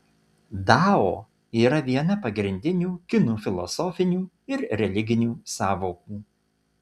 dao yra viena pagrindinių kinų filosofinių ir religinių sąvokų